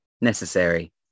necessary